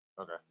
Okay